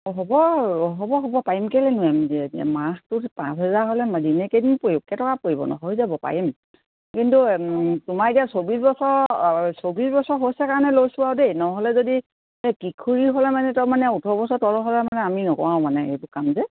অঁ হ'ব হ'ব হ'ব পাৰিম কেলে নোৱাৰিম মাহটো পাঁচ হেজাৰ হ'লে দিনে কেইদিন পৰি কেই টকা পৰিবনো হৈ যাব পাৰিম কিন্তু তোমাৰ এতিয়া চৌব্বিছ বছৰ চৌব্বিছ বছৰ হৈছে কাৰণে লৈছোঁ আৰু দেই নহ'লে যদি এই কি কিশোৰী হ'লে মানে তই মানে ওঠৰ বছৰ তলৰ হ'লে মানে আমি নকৰাও মানে সেইবোৰ কাম যে